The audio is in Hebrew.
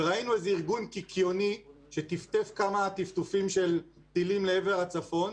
וראינו איזה ארגון קיקיוני שטפטף כמה טפטופים של טילים לעבר הצפון,